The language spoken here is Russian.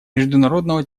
международного